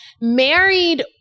married